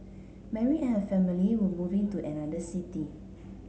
Mary and her family were moving to another city